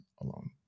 alone